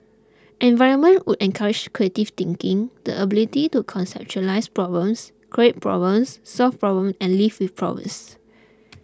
environment would encourage creative thinking the ability to conceptualise problems create problems solve problems and live with problems